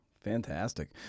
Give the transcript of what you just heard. Fantastic